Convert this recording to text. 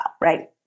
right